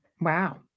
Wow